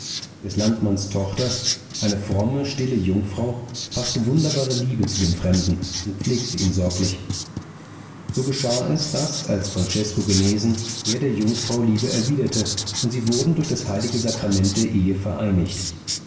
des landmanns tochter eine fromme stille jungfrau faßte wunderbare liebe zu dem fremden und pflegte ihn sorglich so geschah es daß als francesko genesen er der jungfrau liebe erwiderte und sie wurden durch das heilige sakrament der ehe vereinigt